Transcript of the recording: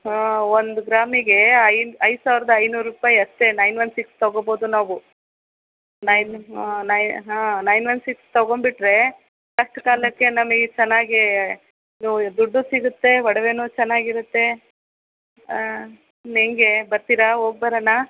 ಹಾಂ ಒಂದು ಗ್ರಾಮಿಗೆ ಐದು ಸಾವಿರದ ಐನೂರು ರೂಪಾಯಿ ಅಷ್ಟೆ ನೈನ್ ಒನ್ ಸಿಕ್ಸ್ ತಗೋಬೋದು ನಾವು ನೈನ್ ನೈನ್ ಹಾಂ ನೈನ್ ಒನ್ ಸಿಕ್ಸ್ ತಗೊಂಬಿಟ್ಟರೆ ಕಷ್ಟ ಕಾಲಕ್ಕೆ ನಮಗೆ ಚೆನ್ನಾಗಿ ದುಡ್ಡು ಸಿಗುತ್ತೆ ಒಡವೆನೂ ಚೆನ್ನಾಗಿರುತ್ತೆ ಹೇಗೆ ಬರ್ತೀರಾ ಹೋಗಿಬರೋಣ